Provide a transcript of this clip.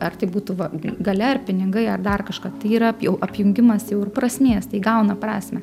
ar tai būtų va galia ar pinigai ar dar kažka tai yra ap jau apjungimas jau ir prasmės įgauna prasmę